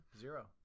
Zero